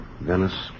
Venice